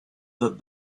that